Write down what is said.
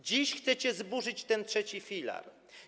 Dziś chcecie zburzyć ten trzeci filar.